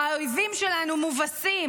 האויבים שלנו מובסים,